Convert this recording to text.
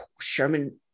Sherman